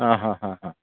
ಹಾಂ ಹಾಂ ಹಾಂ ಹಾಂ